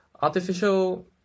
Artificial